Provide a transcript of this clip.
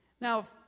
Now